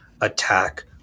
attack